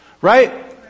Right